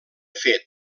fet